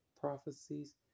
prophecies